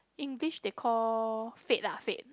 English they call fate lah fate